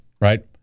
right